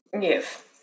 Yes